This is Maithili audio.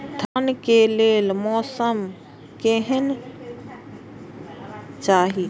धान के लेल मौसम केहन चाहि?